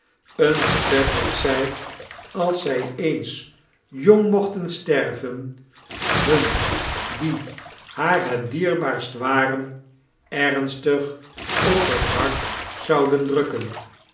een gtfoed dat zij als zij eetta jbng nfochten charles dickens sterven hun die haar het dierbaarst waren erastig op het hart zouden drukken